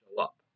up